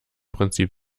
prinzip